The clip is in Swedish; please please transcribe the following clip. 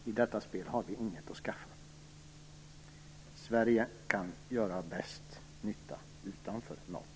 I detta spel har vi inget att skaffa. Sverige kan göra bäst nytta utanför NATO.